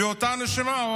באותה נשימה,